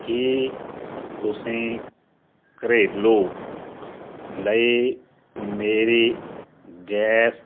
ਕੀ ਤੁਸੀਂ ਘਰੇਲੂ ਲਈ ਮੇਰੀ ਗੈਸ